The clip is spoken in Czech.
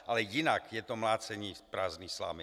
Ale jinak je to mlácení prázdné slámy.